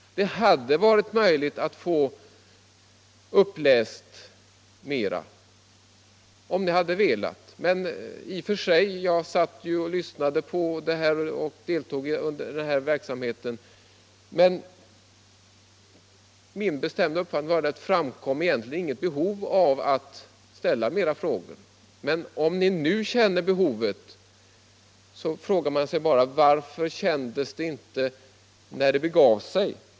Det hade gått att få mera uppläst, om ni hade velat. Jag tillhörde dem som lyssnade och deltog vid detta tillfälle, men min bestämda uppfattning var att det egentligen inte framkom något behov av att ställa ytterligare frågor. Om ni nu känner ett sådant behov fråga man sig bara: Varför kändes det inte när det begav sig?